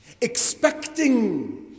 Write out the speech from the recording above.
Expecting